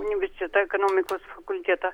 universitetą ekonomikos fakultetą